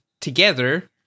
together